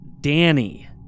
Danny